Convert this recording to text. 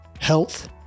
health